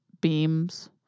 beams